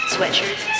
Sweatshirts